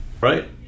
right